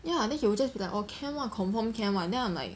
ya then he will just be like okay can [one] confirm can [one] then I'm like